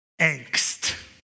angst